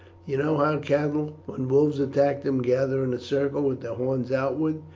you know how cattle, when wolves attack them, gather in a circle with their horns outwards,